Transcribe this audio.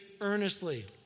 earnestly